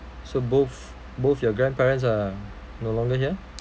so both both your grandparents are no longer here